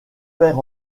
père